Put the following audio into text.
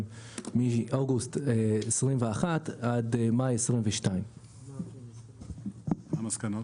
מאוגוסט 2021 עד מאי 2022. מה המסקנות?